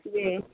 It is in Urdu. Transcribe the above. جی